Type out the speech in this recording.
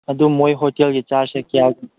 ꯑꯗꯨ ꯃꯈꯣꯏ ꯍꯣꯇꯦꯜꯒꯤ ꯆꯥꯛꯁꯦ ꯀꯌꯥ